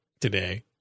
today